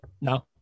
no